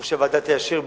או שהוועדה תאשר,